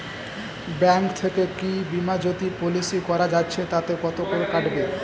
Bank থেকে কী বিমাজোতি পলিসি করা যাচ্ছে তাতে কত করে কাটবে?